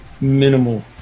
minimal